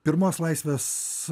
pirmos laisvės